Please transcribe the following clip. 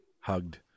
hugged